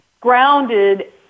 grounded